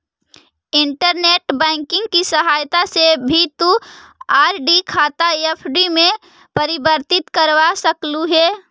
internet banking की सहायता से भी तु आर.डी खाता एफ.डी में परिवर्तित करवा सकलू हे